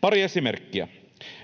Pari esimerkkiä: